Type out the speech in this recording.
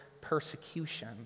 persecution